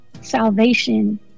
Salvation